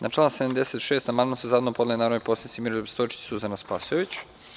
Na član 76. amandman su zajedno podneli narodni poslanici Miroljub Stojčić i Suzana Spasojević.